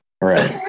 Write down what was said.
Right